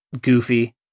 goofy